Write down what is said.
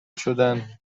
شدن